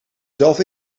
zelf